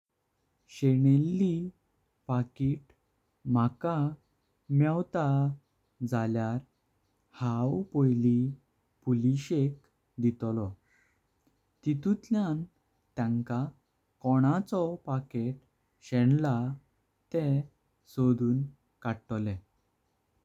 शेंलेली पाकिट मला मेवता झाल्यार हांव पोळी पोलिसेक दीतलो तितुळ्यान तेंका। कोणाचो पाकिट शेंला तेह सोडून कताले।